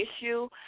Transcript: issue